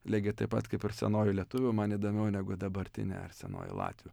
lygiai taip pat kaip ir senoji lietuvių man įdomiau negu dabartinė ar senoji latvių